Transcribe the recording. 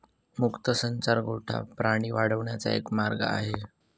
मुक्त संचार गोठा प्राणी वाढवण्याचा एक मार्ग आहे